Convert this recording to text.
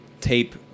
tape